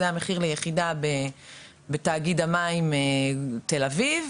זה המחיר ליחידה בתאגיד המים תל אביב,